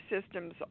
systems